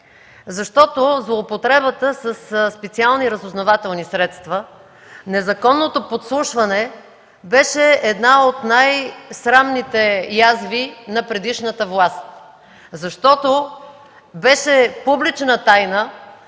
защото злоупотребата със специални разузнавателни средства, незаконното подслушване беше една от най-срамните язви на предишната власт; защото беше публична тайна